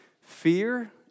Fear